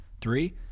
Three